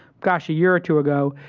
gosh, a year or two ago,